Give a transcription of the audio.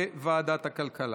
מעדיף.